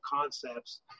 concepts